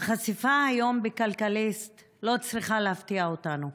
החשיפה היום בכלכליסט לא צריכה להפתיע אותנו.